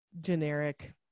generic